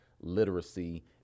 literacy